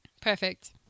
perfect